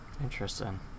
interesting